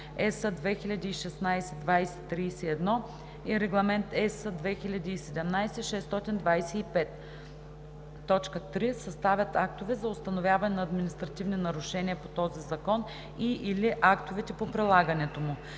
(EС) 2016/2031 и Регламент (EС) 2017/625; 3. съставят актове за установяване на административни нарушения по този закон и/или актовете по прилагането му;